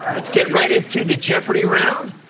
let's get right into the jeopardy round.